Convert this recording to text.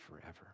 forever